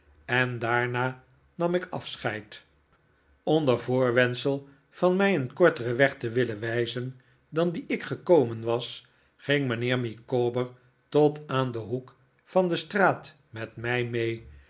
en daarna nam ik afscheid onder voorwendsel van mij een korteren weg te willen wijzen dan dien ik gekomen was ging mijnheer micawber tot aan den hoek van de straat met mij mee